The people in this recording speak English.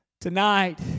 Tonight